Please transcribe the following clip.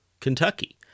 Kentucky